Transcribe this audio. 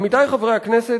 עמיתי חברי הכנסת,